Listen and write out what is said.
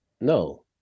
No